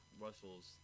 Russell's